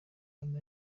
mama